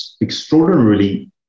extraordinarily